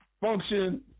function